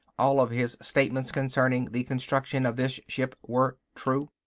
all of his statements concerning the construction of this ship were true.